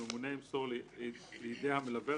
הממונה ימסור לידי המלווה,